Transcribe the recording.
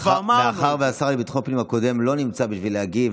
מאחר שהשר לביטחון פנים הקודם לא נמצא בשביל להגיב,